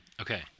Okay